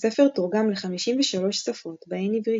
הספר תורגם לחמישים ושלוש שפות, בהן עברית.